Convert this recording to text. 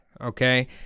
okay